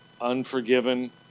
Unforgiven